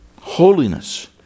Holiness